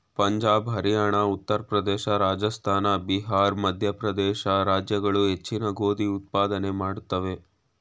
ಪಂಜಾಬ್ ಹರಿಯಾಣ ಉತ್ತರ ಪ್ರದೇಶ ರಾಜಸ್ಥಾನ ಬಿಹಾರ್ ಮಧ್ಯಪ್ರದೇಶ ರಾಜ್ಯಗಳು ಹೆಚ್ಚಿನ ಗೋಧಿ ಉತ್ಪಾದನೆ ಮಾಡುತ್ವೆ